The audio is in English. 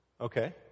Okay